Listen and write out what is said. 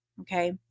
Okay